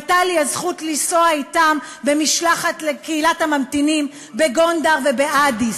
הייתה לי הזכות לנסוע אתם במשלחת לקהילת הממתינים בגונדר ובאדיס.